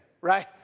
right